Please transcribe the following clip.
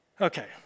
Okay